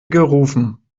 gerufen